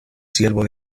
siervo